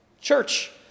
church